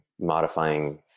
modifying